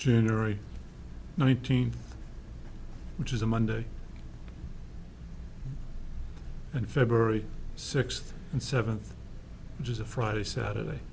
january nineteenth which is a monday and february sixth and seventh which is a friday saturday